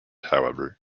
however